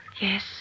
Yes